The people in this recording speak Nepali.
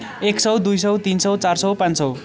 एक सय दुई सय तिन सय चार सय पाँच सय